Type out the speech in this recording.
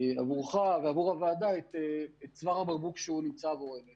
עבורך ועבור הוועדה את צוואר הבקבוק שהוא נמצא בו היום.